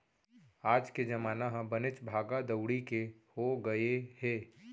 आज के जमाना ह बनेच भागा दउड़ी के हो गए हे